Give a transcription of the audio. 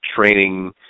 training